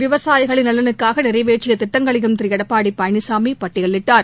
விவசாயிகளின் நலனுக்காகநிறைவேற்றியதிட்டங்களையும் திருளடப்பாடிபழனிசாமிபட்டியலிட்டார்